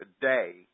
today